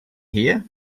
here